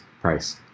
price